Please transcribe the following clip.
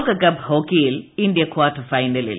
ലോകകപ്പ് ഹോക്കിയിൽ India quarter ഫൈനലിൽ